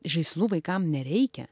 žaislų vaikam nereikia